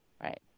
Right